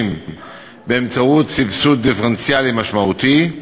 באמצעות סבסוד דיפרנציאלי משמעותי,